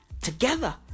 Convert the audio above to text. together